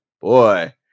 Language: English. boy